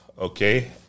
Okay